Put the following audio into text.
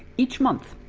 each month,